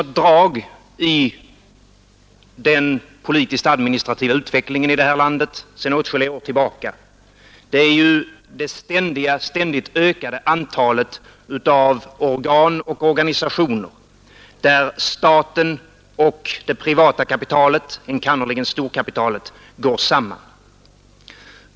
Ett drag i den politisk-administrativa utvecklingen här i landet sedan åtskilliga år tillbaka är ju det ständigt ökade antalet organ och organisationer där staten och det privata kapitalet, enkannerligen storkapitalet, går samman.